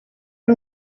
ari